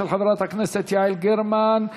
התשע"ח 2018,